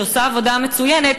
שעושה עבודה מצוינת,